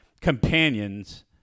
companions